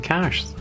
Cash